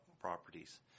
properties